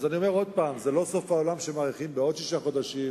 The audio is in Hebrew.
אז אני אומר עוד פעם: זה לא סוף העולם שמאריכים בעוד שישה חודשים,